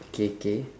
okay K